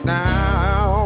now